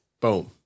Boom